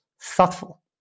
thoughtful